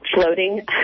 floating